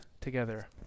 together